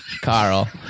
Carl